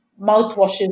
mouthwashes